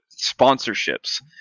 sponsorships